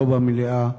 אינו במליאה,